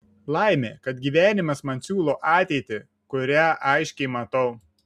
laimė kad gyvenimas man siūlo ateitį kurią aiškiai matau